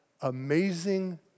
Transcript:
Amazing